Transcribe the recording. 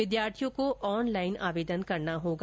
विद्यार्थियों को ऑनलाइन आवेदन करना होगा